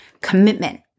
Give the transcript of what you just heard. commitment